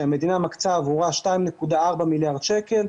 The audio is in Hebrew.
שהמדינה מקצה עבורה 2.4 מיליארד שקל,